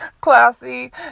classy